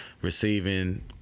receiving